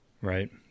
Right